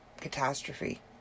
catastrophe